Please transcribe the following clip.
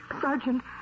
Sergeant